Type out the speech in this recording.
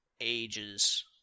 ages